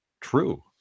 true